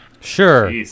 Sure